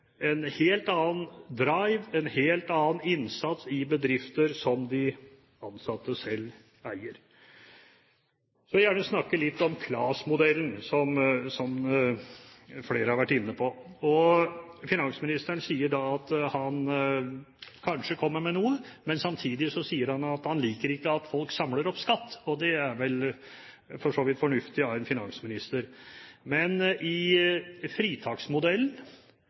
en helt annen «drive», en helt annen innsats, i bedrifter som de ansatte selv eier. Så vil jeg gjerne snakke litt om KLAS-modellen, som flere har vært inne på. Finansministeren sier at han kanskje kommer med noe, men samtidig sier han at han liker ikke at folk samler opp skatt, og det er vel for så vidt fornuftig av en finansminister. Men i fritaksmodellen